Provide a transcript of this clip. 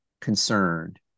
concerned